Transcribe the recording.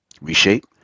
reshape